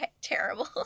terrible